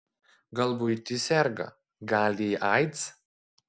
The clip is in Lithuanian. galbūt ji serga gal jai aids